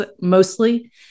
mostly